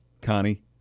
Connie